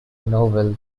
novel